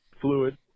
Fluid